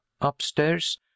upstairs